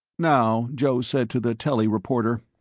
now joe said to the telly reporter,